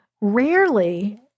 rarely